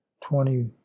twenty